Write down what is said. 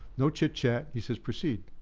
no chit chat, he says, proceed.